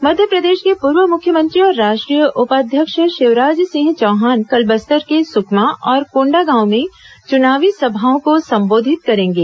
मध्यप्रदेश के पूर्व मुख्यमंत्री और राष्ट्रीय उपाध्यक्ष शिवराज सिंह चौहान कल बस्तर के सुकमा और कोंडागांव में चुनावी सभाओं को संबोधित करेंगे